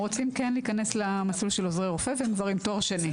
והם רוצים להיכנס למסלול של עוזרי רופא ויש להם תואר שני.